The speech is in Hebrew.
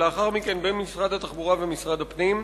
ולאחר מכן במשרד התחבורה ומשרד הפנים,